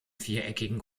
viereckigen